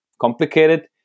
complicated